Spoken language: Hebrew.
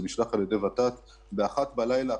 זה נשלח על ידי ות"ת ב-01:00 בלילה,